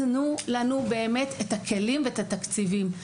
תנו לנו את הכלים ואת התקציבים,